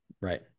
right